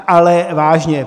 Ale vážně.